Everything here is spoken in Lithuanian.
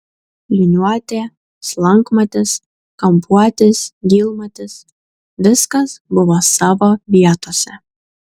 liniuotė slankmatis kampuotis gylmatis viskas buvo savo vietose